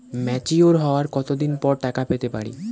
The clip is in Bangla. ম্যাচিওর হওয়ার কত দিন পর টাকা পেতে পারি?